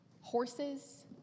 horses